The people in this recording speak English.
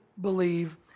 believe